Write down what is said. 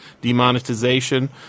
demonetization